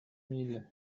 mille